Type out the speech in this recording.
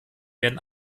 werden